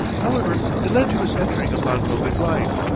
however, it led to his entering upon public life.